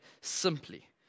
simply